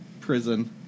prison